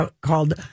called